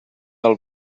del